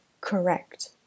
correct